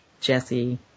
Jesse